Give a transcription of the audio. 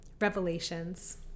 revelations